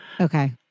Okay